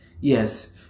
yes